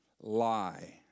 lie